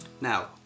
Now